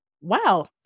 wow